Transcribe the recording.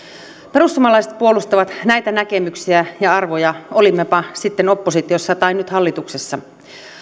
perussuomalaiset puolustavat näitä näkemyksiä ja arvoja olimmepa sitten oppositiossa tai nyt hallituksessa